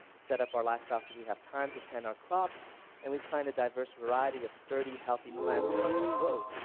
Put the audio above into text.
set up our lifestyles so we have time to tend our crops and we plant a diverse variety of sturdy healthy plants and watch them grow.